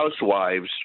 housewives